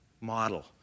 Model